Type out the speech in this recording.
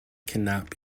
cannot